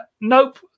nope